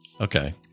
Okay